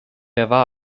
war